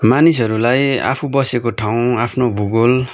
मानिसहरूलाई आफू बसेको ठाउँ आफ्नो भुगोल